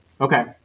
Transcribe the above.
Okay